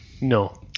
No